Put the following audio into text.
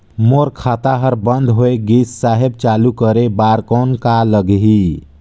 मोर खाता हर बंद होय गिस साहेब चालू करे बार कौन का लगही?